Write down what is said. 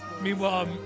Meanwhile